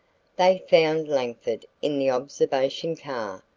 they found langford in the observation car,